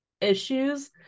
issues